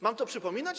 Mam to przypominać?